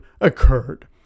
occurred